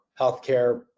healthcare